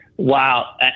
Wow